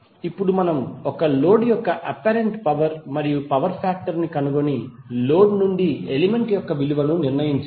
ఇప్పుడు మనం ఒక లోడ్ యొక్క అప్పారెంట్ పవర్ మరియు పవర్ ఫాక్టర్ ని కనుగొని లోడ్ నుండి ఎలిమెంట్ యొక్క విలువను నిర్ణయించాలి